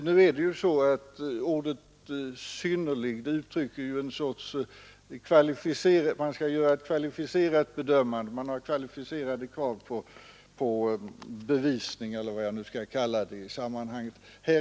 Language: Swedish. Nu är det ju så att ordet ”synnerlig” uttrycker att man har kvalificerade krav på bevisning — eller vad jag nu skall kalla det — i sammanhanget.